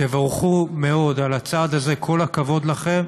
תבורכו מאוד על הצעד הזה, כל הכבוד לכם,